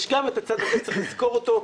גם את הצד הזה צריך לזכור אותו.